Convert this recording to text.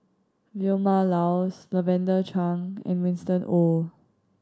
Vilma Laus Lavender Chang and Winston Oh